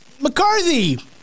McCarthy